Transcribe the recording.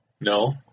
No